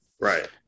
right